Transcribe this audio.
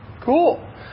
Cool